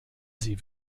sie